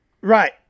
Right